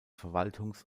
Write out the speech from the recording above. verwaltungs